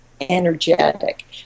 energetic